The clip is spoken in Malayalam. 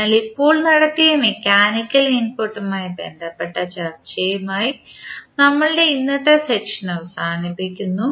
അതിനാൽ ഇപ്പോൾ നടത്തിയ മെക്കാനിക്കൽ ഇൻപുട്ടുമായി ബന്ധപ്പെട്ട ചർച്ചയുമായി നമ്മുടെ ഇന്നത്തെ സെഷൻ അവസാനിപ്പിക്കുന്നു